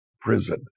prison